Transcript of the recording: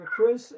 Chris